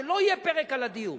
שלא יהיה פרק על הדיור.